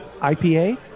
IPA